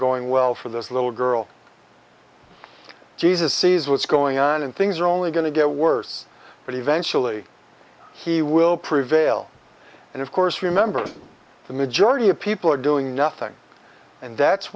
going well for this little girl jesus sees what's going on and things are only going to get worse but eventually he will prevail and of course remember the majority of people are doing nothing and that's